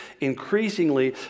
increasingly